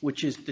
which is the